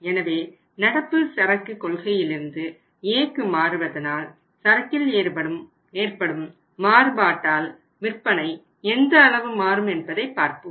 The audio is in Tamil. எனவே நடப்பு சரக்கு கொள்கையிலிருந்து Aக்கு மாறுவதனால் சரக்கில் ஏற்படும் மாறுபாட்டால் விற்பனை எந்த அளவு மாறும் என்பதை பார்ப்போம்